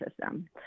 system